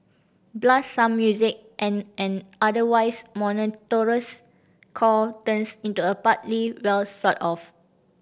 blast some music and an otherwise monotonous chore turns into a partly well sort of